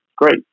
Great